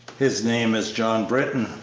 his name is john britton,